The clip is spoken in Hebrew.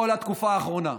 בגלל שכל התקופה האחרונה,